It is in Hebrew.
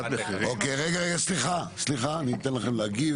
אני אתן לכם להגיב,